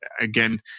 again